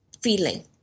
feeling